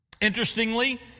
Interestingly